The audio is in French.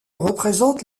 représente